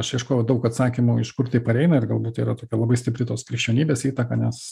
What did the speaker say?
aš ieškojau daug atsakymų iš kur tai pareina ir galbūt yra tokia labai stipri tos krikščionybės įtaka nes